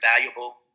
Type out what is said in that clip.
valuable